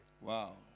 Wow